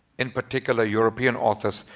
in particular european authors,